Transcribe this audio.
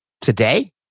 today